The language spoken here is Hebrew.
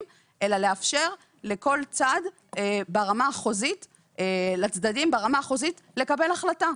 אלא לאפשר לכל צד ברמה החוזית לקבל החלטה.